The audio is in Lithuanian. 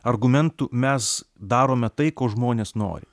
argumentų mes darome tai ko žmonės nori